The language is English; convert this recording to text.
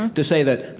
to say that,